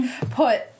put